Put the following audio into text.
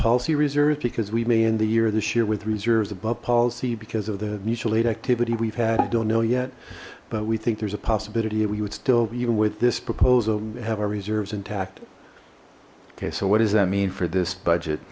alcee reserved because we may end the year this year with reserves above policy because of the mutual aid activity we've had don't know yet but we think there's a possibility and we would still even with this proposal have our reserves intact okay so what does that mean for this budget